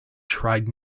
tried